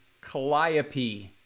Calliope